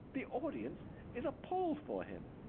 the audience is appalled for him.